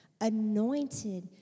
anointed